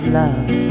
love